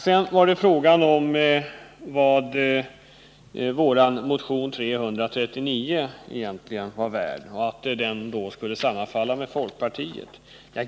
Sedan var det fråga om vad vår motion 339 egentligen var värd, och det sades att den skulle sammanfalla med folkpartiets förslag.